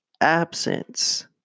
absence